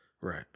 Right